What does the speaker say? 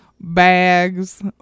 bags